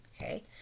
Okay